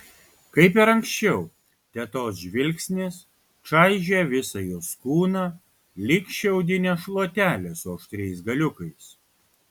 kaip ir anksčiau tetos žvilgsnis čaižė visą jos kūną lyg šiaudinė šluotelė su aštriais galiukais